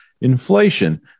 inflation